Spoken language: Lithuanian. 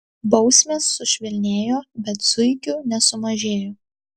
bausmės sušvelnėjo bet zuikių nesumažėjo